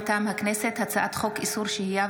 מטעם הכנסת: הצעת חוק איסור שהייה